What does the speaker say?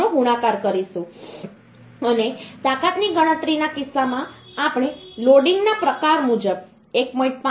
8 નો ગુણાકાર કરીશું અને તાકાતની ગણતરીના કિસ્સામાં આપણે લોડિંગના પ્રકાર મુજબ 1